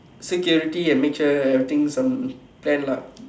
security and make sure everything's on plan lah